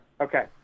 Okay